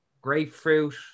grapefruit